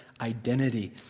identity